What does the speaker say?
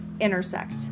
intersect